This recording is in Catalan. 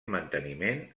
manteniment